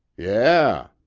yeah.